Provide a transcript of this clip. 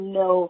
no –